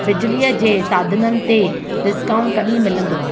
बिजलीअ जे साधननि ते डिस्काउन्ट कॾहिं मिलंदो